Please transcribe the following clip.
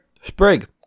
Sprig